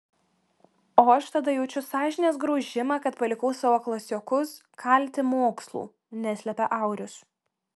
o aš tada jaučiu sąžinės graužimą kad palikau savo klasiokus kalti mokslų neslepia aurius